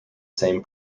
same